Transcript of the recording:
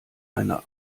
eine